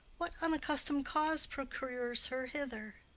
what unaccustom'd cause procures her hither?